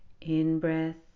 In-breath